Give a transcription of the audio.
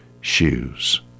shoes